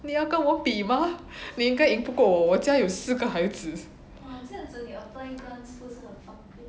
你要跟我比吗你应该赢不过我我家有四个孩子